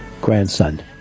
grandson